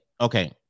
okay